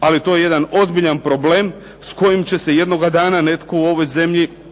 Ali to je jedan ozbiljan problem s kojim će se jednoga dana netko u ovoj zemlji morati